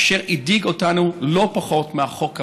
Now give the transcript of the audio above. אשר הדאיג אותנו לא פחות מהחוק הבעייתי.